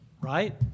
right